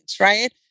right